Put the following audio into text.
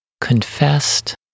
confessed